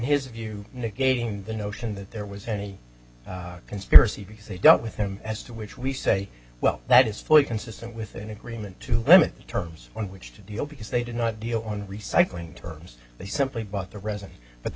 his view negating the notion that there was any conspiracy because they don't with him as to which we say well that is fully consistent with an agreement to limit the terms on which to deal because they did not deal on recycling terms they simply bought the resin but the